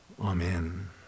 Amen